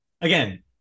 Again